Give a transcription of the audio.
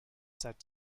seit